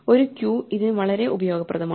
ഒരു ക്യൂ ഇതിന് വളരെ ഉപയോഗപ്രദമാണ്